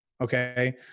Okay